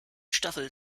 staffel